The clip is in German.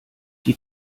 die